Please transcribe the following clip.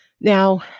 Now